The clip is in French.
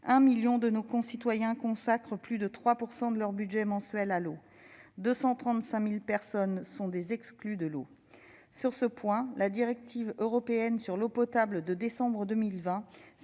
1 million de nos concitoyens consacraient plus de 3 % de leur budget mensuel à l'eau et 235 000 personnes étaient des « exclus de l'eau ». Sur ce point, la directive européenne sur l'eau potable de décembre 2020